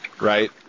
right